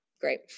Great